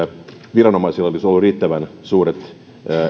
viranomaisilla olisi ollut riittävän suuret